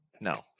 no